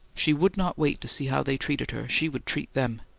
she would not wait to see how they treated her, she would treat them!